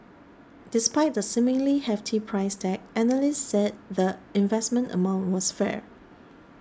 despite the seemingly hefty price tag analysts said the investment amount was fair